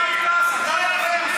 חבר'ה,